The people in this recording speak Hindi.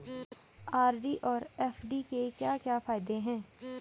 आर.डी और एफ.डी के क्या क्या फायदे हैं?